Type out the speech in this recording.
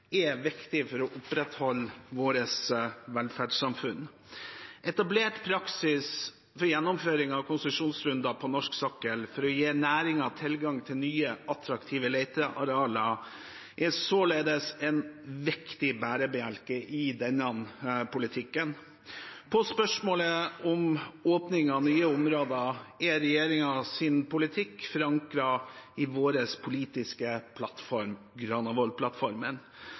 er viktig for å opprettholde vårt velferdssamfunn. Etablert praksis for gjennomføring av konsesjonsrunder på norsk sokkel for å gi næringen tilgang til nye, attraktive letearealer er således en viktig bærebjelke i denne politikken. Når det gjelder spørsmålet om åpning av nye områder, er regjeringens politikk forankret i vår politiske plattform,